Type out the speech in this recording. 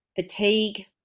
fatigue